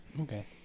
Okay